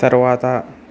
తరువాత